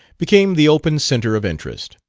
became the open centre of interest.